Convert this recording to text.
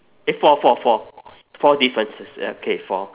eh four four four four differences okay four